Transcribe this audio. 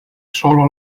solo